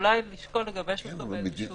אולי לשקול לגבש נוהל.